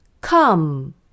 Come